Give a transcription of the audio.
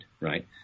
right